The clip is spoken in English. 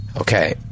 Okay